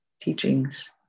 teachings